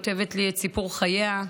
כותבת לי את סיפור חייה.